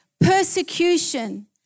persecution